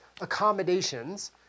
accommodations